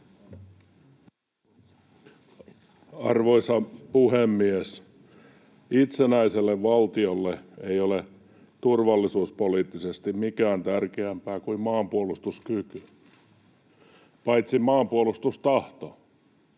Arvoisa puhemies! Itsenäiselle valtiolle ei ole turvallisuuspoliittisesti mikään tärkeämpää kuin maanpuolustuskyky, paitsi maanpuolustustahto.